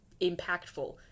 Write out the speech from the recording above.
impactful